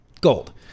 gold